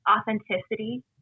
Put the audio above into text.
authenticity